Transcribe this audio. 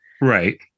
Right